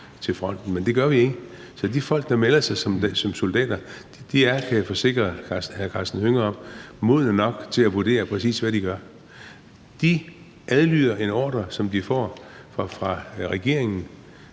til fronten, men det gør vi ikke. Så de folk, der melder sig som soldater, er, kan jeg forsikre hr. Karsten Hønge om, modne nok til at vurdere, præcis hvad de gør. De adlyder en ordre, som de får fra regeringen,